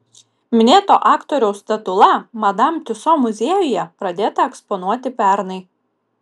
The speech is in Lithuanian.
minėto aktoriaus statula madam tiuso muziejuje pradėta eksponuoti pernai